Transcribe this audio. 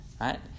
right